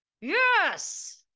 yes